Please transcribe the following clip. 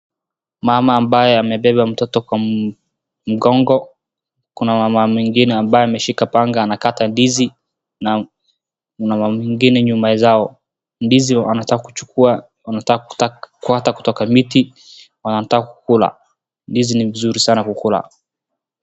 Mama ambaye amebeba mtoto kwa mgongo kuna mama mwingine ambaye ameshika panga anakata ndizi na mama mwengine nyuma zao, ndizi wanataka kuchukua wanataka kukata kutoka kwa miti, wanataka kukula, ndizi ni mzuri sana kukula.